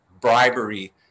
bribery